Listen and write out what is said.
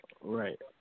Right